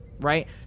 right